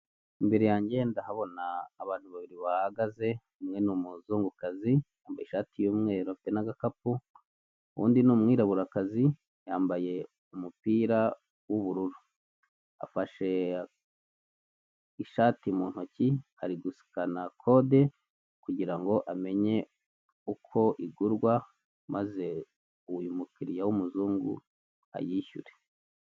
Imbere yanjye ndahabona abantu babiri bahagaze umwe ni umuzungukazi wambaye ishati yumweru afite n'agakapu undi ni umwiraburakazi yambaye umupira w'ubururu afashe ishati mu ntoki ari guskana code kugirango amenye uko igurwa maze uyu mukiriya w'umuzungu ayishyure.